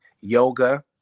yoga